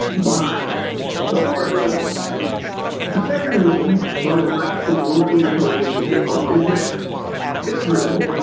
by the hard left. a second reason why the left is wrong in opposing israel is that israel,